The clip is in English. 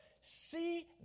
See